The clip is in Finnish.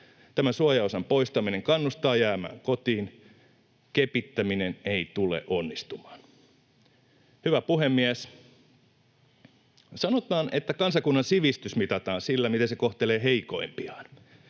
Tämä suojaosan poistaminen kannustaa jäämään kotiin. Kepittäminen ei tule onnistumaan. Hyvä puhemies! Sanotaan, että kansakunnan sivistys mitataan sillä, miten se kohtelee heikoimpiaan.